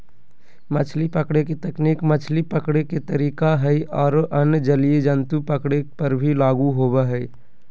मछली पकड़े के तकनीक मछली पकड़े के तरीका हई आरो अन्य जलीय जंतु के पकड़े पर भी लागू होवअ हई